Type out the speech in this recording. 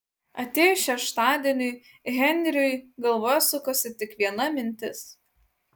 atėjus šeštadieniui henriui galvoje sukosi tik viena mintis